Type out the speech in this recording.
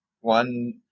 one